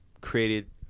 created